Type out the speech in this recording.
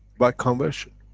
by conversion.